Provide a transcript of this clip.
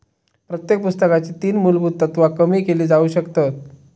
प्रत्येक पुस्तकाची तीन मुलभुत तत्त्वा कमी केली जाउ शकतत